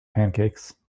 pancakes